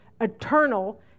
eternal